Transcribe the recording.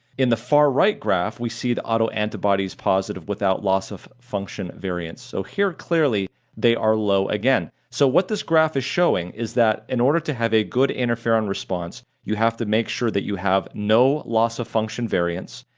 in the far right graph, we see the auto-antibodies positive without loss of function variance, so here clearly they are low again, so what this graph is showing is that in order to have a good interferon response, you have to make sure that you have no loss of function variance.